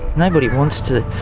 nobody wants to.